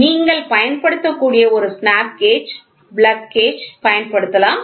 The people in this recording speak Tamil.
நீங்கள் பயன்படுத்தக்கூடிய ஒரு ஸ்னாப் கேஜ் பிளக் கேஜ் பயன்படுத்தலாம்